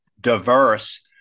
diverse